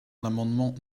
l’amendement